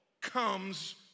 comes